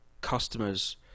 customers